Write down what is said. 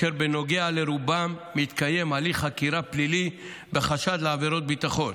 ובנוגע לרובם מתקיים הליך חקירה פלילי בחשד לעבירות ביטחון.